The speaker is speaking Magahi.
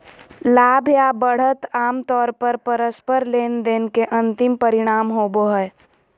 लाभ या बढ़त आमतौर पर परस्पर लेनदेन के अंतिम परिणाम होबो हय